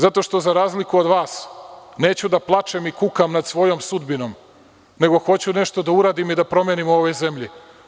Zato što za razliku od vas, neću da plačem i kukam nad svojom sudbinom, nego hoću nešto da uradim i da promenim u ovoj zemlji.